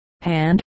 hand